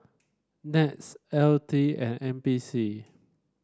NETS L T and N P C